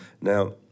Now